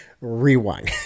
Rewind